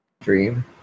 dream